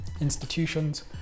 institutions